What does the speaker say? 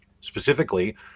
Specifically